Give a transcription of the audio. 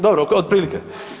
Dobro otprilike.